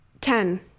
Ten